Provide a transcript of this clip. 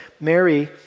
Mary